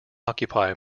occupy